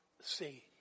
see